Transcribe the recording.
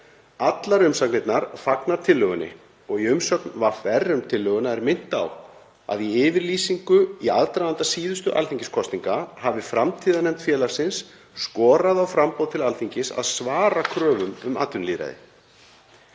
Allar umsagnirnar fagna tillögunni og í umsögn VR um tillöguna er minnt á að í yfirlýsingu í aðdraganda síðustu alþingiskosninga hafi framtíðarnefnd félagsins skorað á framboð til Alþingis að svara kröfum um atvinnulýðræði.